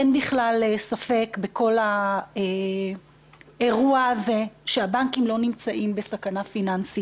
אין בכלל ספק בכל האירוע הזה שהבנקים לא נמצאים בסכנה פיננסית.